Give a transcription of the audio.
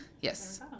Yes